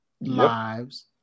lives